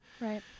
Right